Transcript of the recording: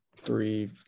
Three